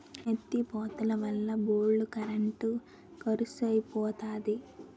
ఎత్తి పోతలవల్ల బోల్డు కరెంట్ కరుసైపోతంది